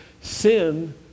sin